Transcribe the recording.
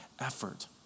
effort